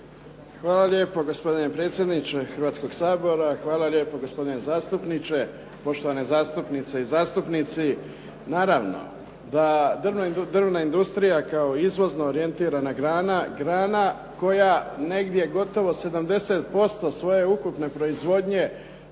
Hvala lijepo. Gospodine predsjedniče Hrvatskoga sabora. Hvala lijepo, gospodine zastupniče. Poštovane zastupnice i zastupnici. Naravno da drvna industrija kao izvozno orijentirana grana, grana koja negdje gotovo 70% svoje ukupne proizvodnje